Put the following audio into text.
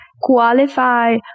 qualify